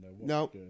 No